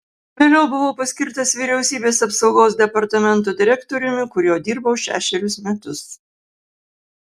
vėliau buvau paskirtas vyriausybės apsaugos departamento direktoriumi kuriuo dirbau šešerius metus